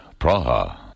Praha